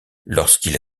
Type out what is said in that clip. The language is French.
lorsqu’il